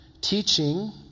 teaching